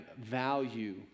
value